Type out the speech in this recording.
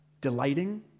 delighting